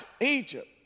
Egypt